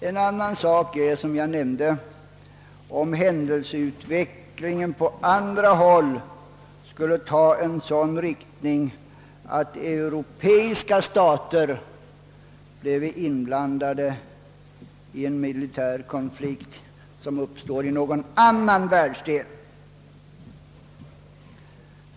En annan sak är, som jag nämnde, om händelseutvecklingen på andra håll skulle ta en sådan riktning att europeiska stater bleve inblandade i en militär konflikt som uppstår i någon annan världsdel.